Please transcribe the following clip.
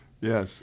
Yes